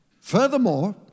furthermore